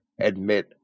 admit